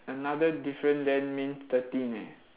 another difference then mean thirteen eh